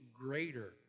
greater